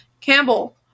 Campbell